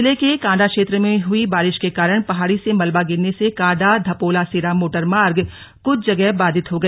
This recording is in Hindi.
जिले के कांडा क्षेत्र में हुई बारिश के कारण पहाड़ी से मलबा गिरने से कांडा धपोलासेरा मोटरमार्ग कुछ जगह बाधित हो गया